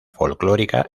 folclórica